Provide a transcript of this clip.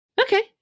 Okay